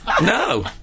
no